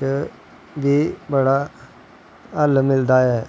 च बी बड़ा हल मिलदा ऐ